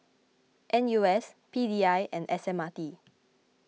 N U S P D I and S M R T